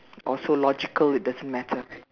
also logical it doesn't matter